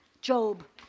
Job